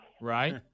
Right